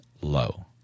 low